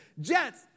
Jets